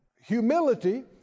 Humility